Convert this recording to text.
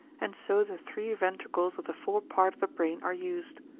and so the three ventricles of the fore part of the brain are used.